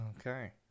okay